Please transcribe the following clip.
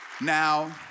Now